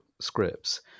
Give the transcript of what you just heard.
scripts